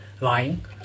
lying